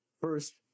First